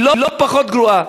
היא לא פחות גרועה,